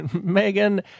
Megan